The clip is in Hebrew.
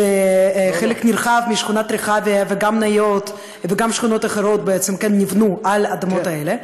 שחלק נרחב משכונת רחביה וגם ניות וגם שכונות אחרות נבנו על האדמות האלה?